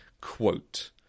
quote